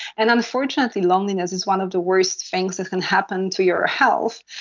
and unfortunately loneliness is one of the worst things that can happen to your health.